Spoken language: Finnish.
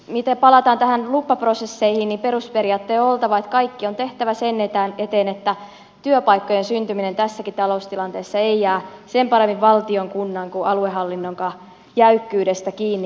mitä palataan näihin lupaprosesseihin niin perusperiaatteen on oltava että kaikki on tehtävä sen eteen että työpaikkojen syntyminen tässäkin taloustilanteessa ei jää sen paremmin valtion kunnan kuin aluehallinnonkaan jäykkyydestä kiinni